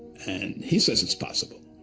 and he says it's possible,